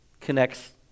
connects